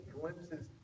glimpses